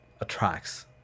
attracts